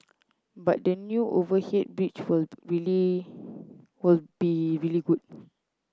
but the new overhead bridge will really will be really good